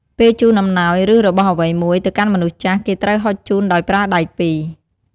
ពេលជូនអំណោយ ឬ របស់អ្វីមួយ ទៅកាន់មនុស្សចាស់ គេត្រូវហុចជូនដោយប្រើដៃពីរ។